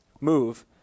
move